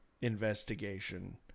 investigation